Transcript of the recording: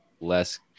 less